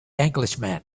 englishman